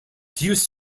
deuce